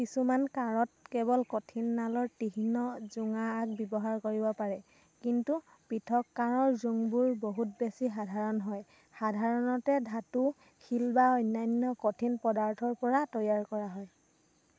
কিছুমান কাঁড়ত কেৱল কঠিন নালৰ তীক্ষ্ণ জোঙা আগ ব্যৱহাৰ কৰিব পাৰে কিন্তু পৃথক কাঁড়ৰ জোংবোৰ বহুত বেছি সাধাৰণ হয় সাধাৰণতে ধাতু শিল বা অন্যান্য কঠিন পদাৰ্থৰ পৰা তৈয়াৰ কৰা হয়